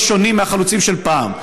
לא שונים מהחלוצים של פעם.